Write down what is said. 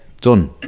done